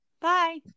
Bye